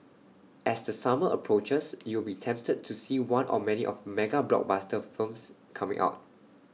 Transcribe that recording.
as the summer approaches you will be tempted to see one or many of mega blockbuster firms coming out